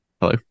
Hello